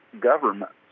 governments